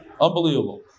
Unbelievable